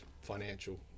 financial